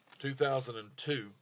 2002